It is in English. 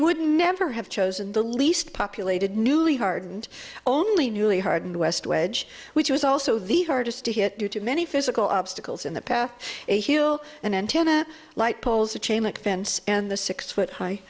would never have chosen the least populated newly hardened only newly hardened west wedge which was also the hardest to hit due to many physical obstacles in the path an antenna light poles a chain link fence and the six foot high